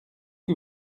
que